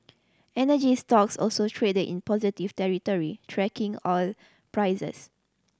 energy stocks also traded in positive territory tracking oil prices